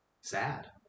sad